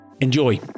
Enjoy